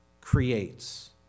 creates